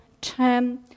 term